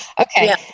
Okay